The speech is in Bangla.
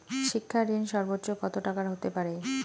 শিক্ষা ঋণ সর্বোচ্চ কত টাকার হতে পারে?